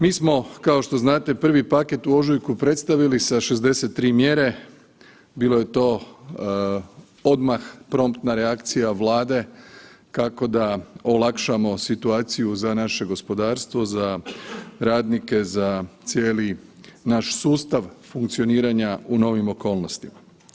Mi smo kao što znate prvi paket u ožujku predstavili sa 63 mjere, bilo je to odmah promptna reakcija Vlade kako da olakšamo situaciju za naše gospodarstvo, za radnike, za cijeli naš sustav funkcioniranja u novim okolnostima.